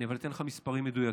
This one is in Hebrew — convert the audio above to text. אבל אתן לך מספרים מדויקים: